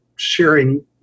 Sharing